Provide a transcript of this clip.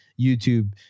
YouTube